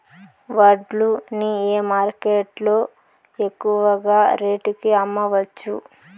వడ్లు ని ఏ మార్కెట్ లో ఎక్కువగా రేటు కి అమ్మవచ్చు?